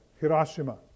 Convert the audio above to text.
Hiroshima